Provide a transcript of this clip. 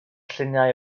lluniau